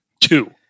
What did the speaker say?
two